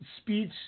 speech